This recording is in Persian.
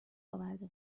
آورده